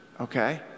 okay